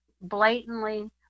blatantly